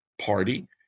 party